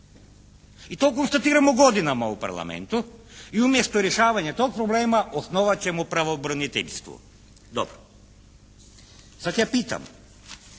I to konstatiramo godinama u Parlamentu i umjesto rješavanja tog problema osnovat ćemo pravobraniteljstvo. Dobro. Sad ja pitam